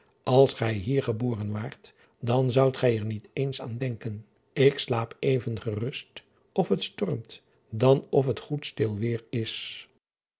als gij hier geboren waart dan zoudt gij er niet eens aan denken k slaap even gerust of het stormt dan of het goed stil weêr is